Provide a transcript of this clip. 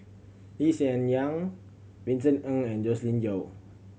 Lee Hsien Yang Vincent Ng and Joscelin Yeo